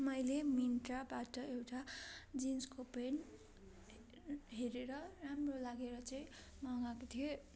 मैले मिन्त्राबाट एउटा जिन्सको प्यान्ट हेरेर राम्रो लागेर चाहिँ मगाएको थिएँ